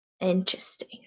Interesting